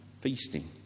feasting